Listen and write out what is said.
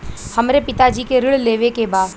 हमरे पिता जी के ऋण लेवे के बा?